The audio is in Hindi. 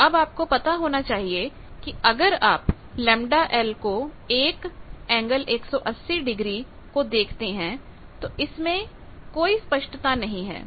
तो अब आपको पता होना चाहिए कि अगर आप ΓL 1∠180 ° को देखते हैं तो इसमें कोई स्पष्टता नहीं है